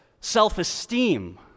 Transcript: self-esteem